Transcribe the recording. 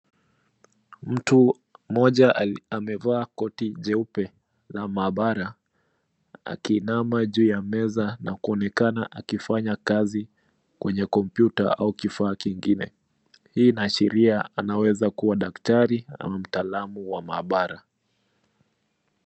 Mtu mmoja amevaa koti jeupe la maabara akiinama juu ya meza na kuonekana akifanya kazi kwenye kompyuta au kifaa kingine. Hii inaashiria anaweza kuwa daktari au mtaalamu wa maabara.